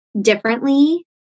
differently